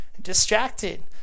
Distracted